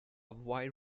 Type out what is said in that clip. wide